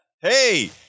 Hey